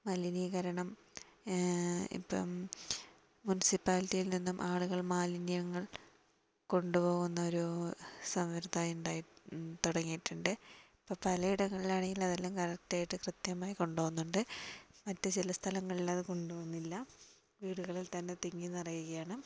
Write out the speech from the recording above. മലിനീകരണം ഇപ്പം മുൻസിപ്പാലിറ്റിയിൽ നിന്നും ആളുകൾ മാലിന്യങ്ങൾ കൊണ്ടുപോകുന്നൊരു സമ്പ്രദായം ഉണ്ടായി തുടങ്ങിയിട്ടുണ്ട് ഇപ്പോൾ പലയിടങ്ങളിലാണെങ്കിലും അതെല്ലാം കറക്ടായിട്ട് കൃത്യമായി കൊണ്ടുപോകുന്നുണ്ട് മറ്റു ചില സ്ഥലങ്ങളിലത് കൊണ്ടു പോകുന്നില്ല വീടുകളിൽ തന്നെ തിങ്ങി നിറയുകയാണ്